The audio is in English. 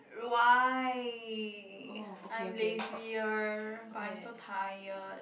why I'm lazier but I'm so tired